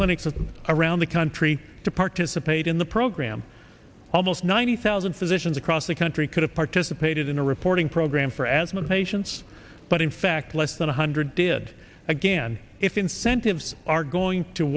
clinics around the country to participate in the program almost ninety thousand physicians across the country could have participated in a reporting program for asthma patients but in fact less than one hundred did again if incentives are going to